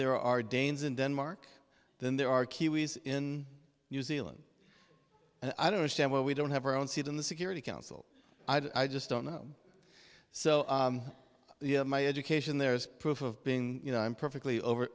there are danes in denmark than there are kiwis in new zealand i don't understand why we don't have our own seat in the security council i just don't know so you have my education there is proof of being you know i'm perfectly over